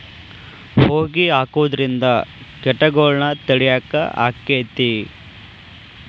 ಹೊಗಿ ಹಾಕುದ್ರಿಂದ ಕೇಟಗೊಳ್ನ ತಡಿಯಾಕ ಆಕ್ಕೆತಿ?